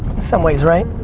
some ways, right?